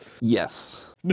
Yes